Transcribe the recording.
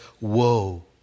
woe